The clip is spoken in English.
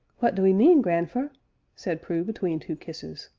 what do ee mean, grandfer said prue between two kisses.